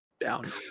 Down